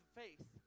faith